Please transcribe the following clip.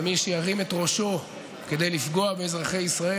ומי שירים את ראשו כדי לפגוע באזרחי ישראל,